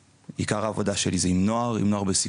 עיקר העבודה שלי היא עם נוער בסיכון,